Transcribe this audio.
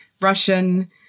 Russian